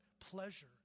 pleasure